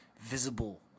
visible